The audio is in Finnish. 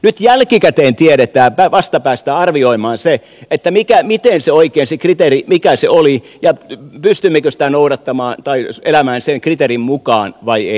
nyt jälkikäteen tiedetään vasta päästään arvioimaan se mikä oikein se kriteeri oli ja pystymmekö sitä noudattamaan tai elämään sen kriteerin mukaan vai ei